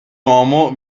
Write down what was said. uomo